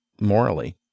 morally